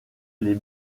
les